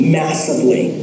massively